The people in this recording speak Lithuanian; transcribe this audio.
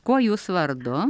kuo jūs vardu